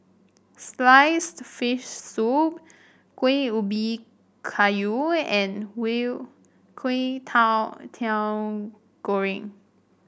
sliced fish soup Kuih Ubi Kayu and goreng